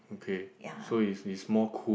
ya